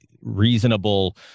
reasonable